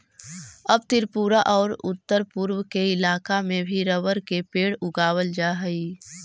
अब त्रिपुरा औउर उत्तरपूर्व के इलाका में भी रबर के पेड़ उगावल जा हई